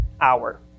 hour